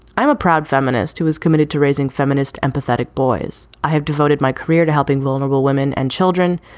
i'm a proud feminist who is committed to raising feminist, empathetic boys. i have devoted my career to helping vulnerable women and children.